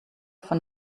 von